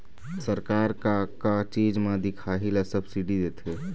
सरकार का का चीज म दिखाही ला सब्सिडी देथे?